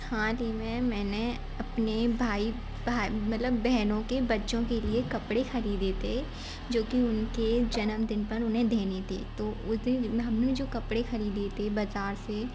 हालही में मैंने अपने भाई मतलब बहनों के बच्चों के लिए कपड़े ख़रीदे थे जो कि उनके जन्मदिन पर उन्हें देने थे तो उस दिन हम ने जो कपड़े ख़रीदे थे बज़ार से